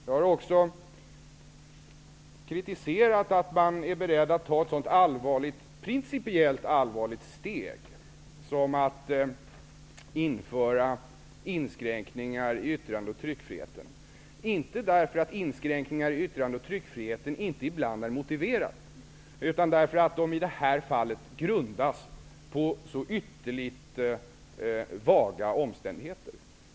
Jag har också kritiserat att man är beredd att ta ett sådant principiellt allvarligt steg som att införa inskränkningar i yttrande och tryckfriheten -- inte därför att sådana inskräkningar inte ibland är motiverade, utan därför att de i det här fallet grundas på så ytterligt vaga omständigheter.